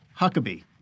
Huckabee